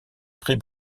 prix